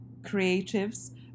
creatives